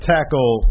Tackle